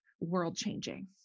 world-changing